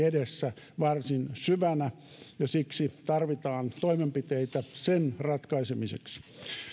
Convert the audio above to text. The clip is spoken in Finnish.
edessä varsin syvänä siksi tarvitaan toimenpiteitä sen ratkaisemiseksi